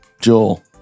Joel